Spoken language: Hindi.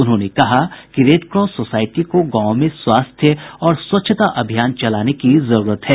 उन्होंने कहा कि रेडक्रॉस सोसाईटी को गांवों में स्वास्थ्य और स्वच्छता अभियान चलाने की जरूरत है